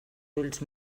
ulls